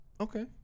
okay